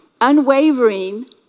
unwavering